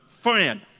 friend